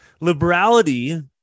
liberality